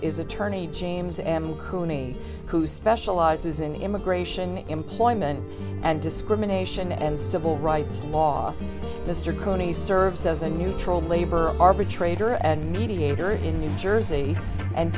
is attorney james amcu me who specializes in immigration employment and discrimination and civil rights law mr coney serves as a neutral labor arbitrator and mediator in new jersey and